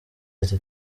ati